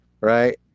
right